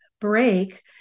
break